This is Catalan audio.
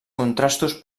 contrastos